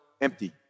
empty